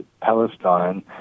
Palestine